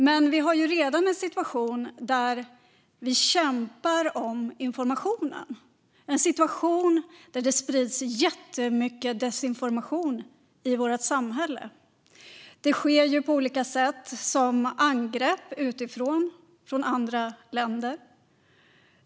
Men vi har redan en situation där vi kämpar om informationen, en situation där det sprids jättemycket desinformation i vårt samhälle. Det sker på olika sätt, som angrepp utifrån från andra länder.